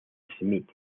smith